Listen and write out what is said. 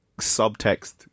subtext